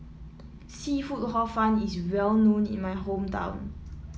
seafood Hor Fun is well known in my hometown